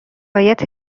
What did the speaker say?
باید